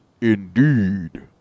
Indeed